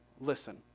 listen